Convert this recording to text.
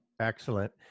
Excellent